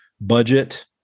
budget